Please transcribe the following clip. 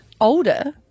Older